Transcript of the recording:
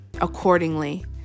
accordingly